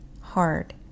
hard